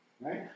Right